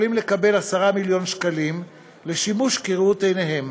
יכולים לקבל 10 מיליון שקלים לשימוש כראות עיניהם.